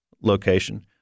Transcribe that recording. location